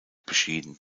beschieden